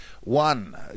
One